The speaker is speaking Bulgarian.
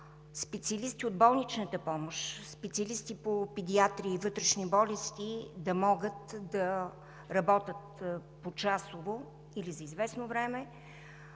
специалисти от болничната помощ, специалисти по педиатрия и вътрешни болести да могат да работят почасово или за известно време